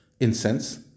incense